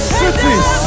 cities